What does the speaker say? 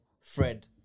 Fred